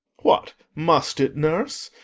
what, must it, nurse?